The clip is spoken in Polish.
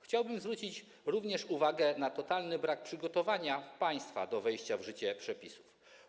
Chciałbym zwrócić również uwagę na totalny brak przygotowania państwa do wejścia w życie przepisów.